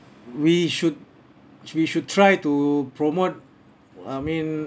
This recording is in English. we should we should try to promote I mean